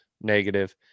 negative